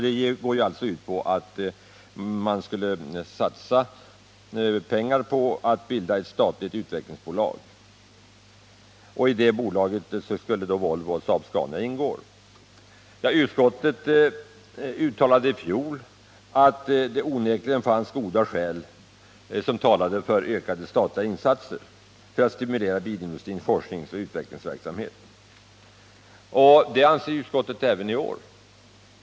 Den går ut på att man skall satsa pengar på att bilda ett statligt utvecklingsbolag. I detta bolag skulle Volvo och Saab-Scania ingå. Utskottet uttalade i fjol att det onekligen fanns goda skäl som talade för ökade statliga insatser för att stimulera bilindustrins forskningsoch utvecklingsverksamhet. Det anser utskottet även i år.